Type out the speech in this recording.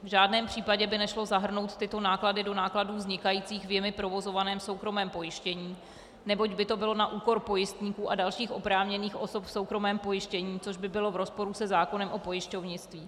V žádném případě by nešlo zahrnout tyto náklady do nákladů vznikajících v jimi provozovaném soukromém pojištění, neboť by to bylo na úkor pojistníků a dalších oprávněných osob v soukromém pojištění, což by bylo v rozporu se zákonem o pojišťovnictví.